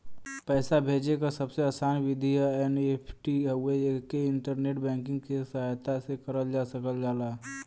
पैसा भेजे क सबसे आसान विधि एन.ई.एफ.टी हउवे एके इंटरनेट बैंकिंग क सहायता से करल जा सकल जाला